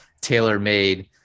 tailor-made